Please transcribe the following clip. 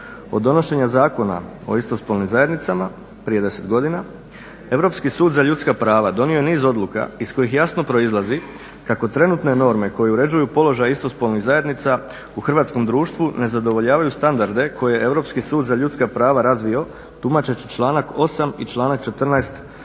Od donošenja Zakona o istospolnim zajednicama prije 10 godina Europski sud za ljudska prava donio je niz odluka iz kojih jasno proizlazi kako trenutne norme koje uređuju položaj istospolnih zajednica u hrvatskom društvu ne zadovoljavaju standarde koje je Europski sud za ljudska prava razvio tumačeći članak 8. i članak 14.